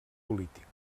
polític